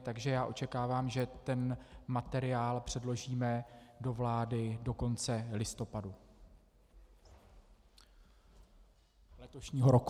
Takže očekávám, že ten materiál předložíme do vlády do konce listopadu letošního roku.